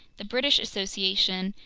the british association,